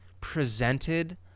presented